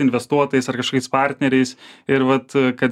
investuotojais ar kašokiais partneriais ir vat kad